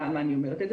למה אני אומרת את זה?